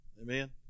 Amen